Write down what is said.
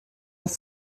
this